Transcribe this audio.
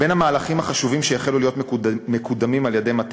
בין המהלכים החשובים שהחלו להיות מקודמים על-ידי מטה